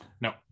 No